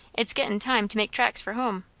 it's gettin' time to make tracks for hum.